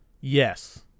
Yes